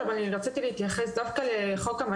אני לא רוצה לחזור כאן על דברים,